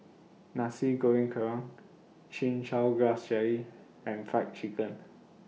Nasi Goreng Kerang Chin Chow Grass Jelly and Fried Chicken